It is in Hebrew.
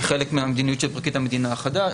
-- כחלק מהמדיניות של פרקליט המדינה החדש,